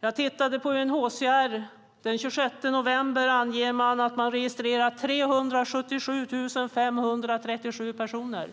Jag tittade och såg att UNHCR anger att man har registrerat 377 537 personer.